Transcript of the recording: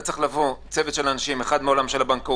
אתה צריך לבוא עם צוות של אנשים: אחד מעולם של הבנקאות,